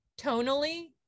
tonally